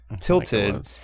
tilted